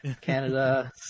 canada